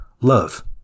love